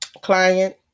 client